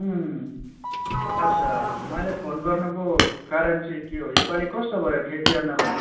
उम्म अच्छा मैले फोन गर्नुको कारण चाहिँ के हो योपालि कस्तो भयो खेती अन्नबाली